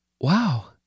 Wow